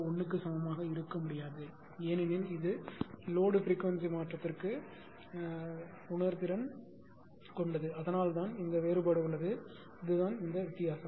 01 க்கு சமமாக இருக்க முடியாது ஏனெனில் இது லோடு பிரிக்வன்சி மாற்றத்திற்கு உணர்திறன் கொண்டது அதனால்தான் இந்த வேறுபாடு உள்ளது இதுதான் வித்தியாசம்